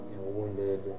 wounded